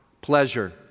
pleasure